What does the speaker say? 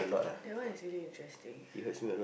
that one is really interesting